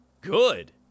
good